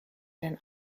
denn